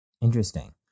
Interesting